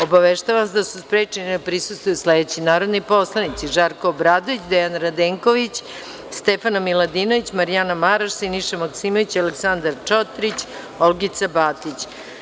Obaveštavam vas da su sprečeni da sednici prisustvuju sledeći narodni poslanici: prof. dr Žarko Obradović, mr Dejan Radenković, Stefana Miladinović, Marjana Maraš, Siniša Maksimović, Aleksandar Čotrić i Olgica Batić.